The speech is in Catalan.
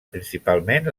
principalment